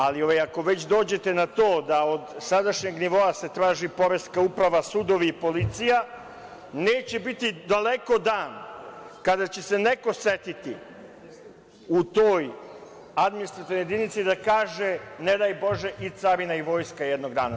Ako već dođete na to da od sadašnjeg nivoa se traži poreska uprava, sudovi i policija, neće biti daleko dan kada će se neko setiti u toj administrativnoj jedinici da kaže – ne daj Bože i carina i vojska jednog dana.